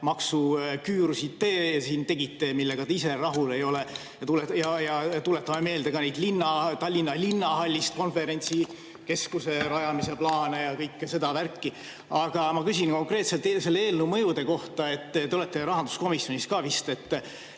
valitsuse ajal tegite, millega te ise rahul ei ole. Tuletame meelde ka neid Tallinna Linnahallist konverentsikeskuse rajamise plaane ja kõike seda värki. Aga ma küsin konkreetselt selle eelnõu mõjude kohta. Te olete rahanduskomisjonis ka vist.